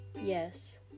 Yes